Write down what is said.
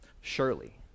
surely